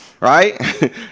right